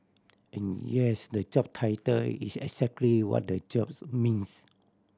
and yes the job title is exactly what the jobs means